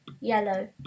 yellow